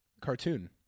Cartoon